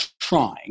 trying